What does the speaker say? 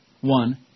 one